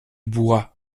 bois